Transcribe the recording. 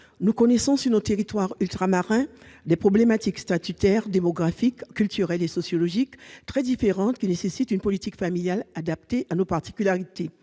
nous connaissons dans nos territoires ultramarins des problématiques statutaires, démographiques, culturelles et sociologiques très différentes, qui nécessitent une politique familiale adaptée à nos particularités.